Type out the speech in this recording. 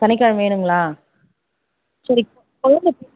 சனிக்கெழமை வேணுங்களா சரி குழந்தை பேர்